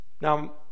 Now